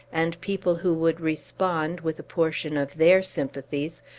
and people who would respond, with a portion of their sympathies,